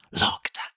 Locked